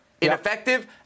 ineffective